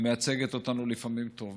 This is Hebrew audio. ומייצגת אותנו לפעמים טוב,